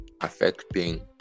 affecting